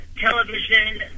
television